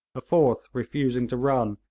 a fourth, refusing to run,